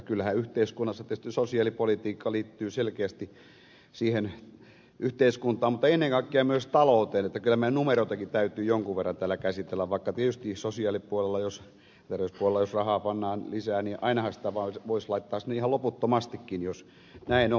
kyllähän yhteiskunnassa tietysti sosiaalipolitiikka liittyy selkeästi siihen yhteiskuntaan mutta ennen kaikkea myös talouteen niin että kyllä meidän numeroitakin täytyy jonkin verran täällä käsitellä vaikka tietysti sosiaalipuolella jos rahaa pannaan lisää niin ainahan sitä vaan voisi laittaa sinne ihan loputtomastikin jos näin on